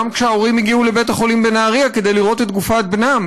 גם כשההורים הגיעו לבית-החולים בנהריה כדי לראות את גופת בנם,